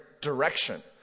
direction